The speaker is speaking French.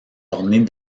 ornées